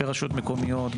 ברשויות מקומיות,